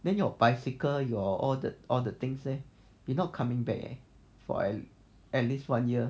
then your bicycle your all the all the things leh you not coming back for at least one year